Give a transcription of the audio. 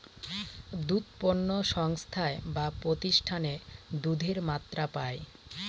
দুধ পণ্য সংস্থায় বা প্রতিষ্ঠানে দুধের মাত্রা পায়